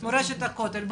למורשת הכותל.